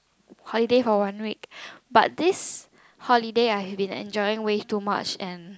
holiday for one week but this holiday I have been enjoying way too much and